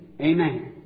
amen